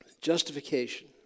Justification